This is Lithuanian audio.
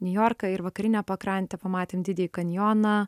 niujorką ir vakarinę pakrantę pamatėm didįjį kanjoną